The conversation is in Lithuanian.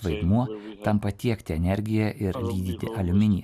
vaidmuo tampa tiekti energiją ir lydyti aliuminį